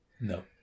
No